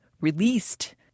released